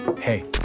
Hey